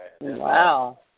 Wow